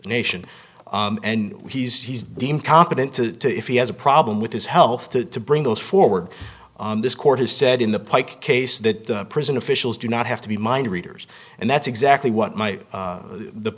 nation and he's he's deemed competent to if he has a problem with his health to bring those forward this court has said in the pike case that prison officials do not have to be mind readers and that's exactly what might the